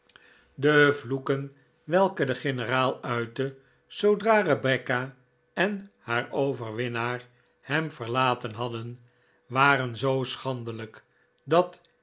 de vloeken welke de generaal uitte zoodra rebecca en haar overwinnaar hem verlaten hadden waren zoo schandelijk dat